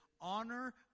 Honor